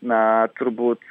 na turbūt